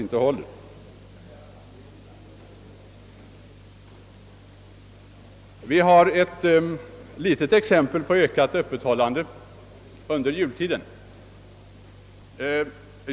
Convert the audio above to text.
Vi har ett litet exempel på öppethållande under jultiden.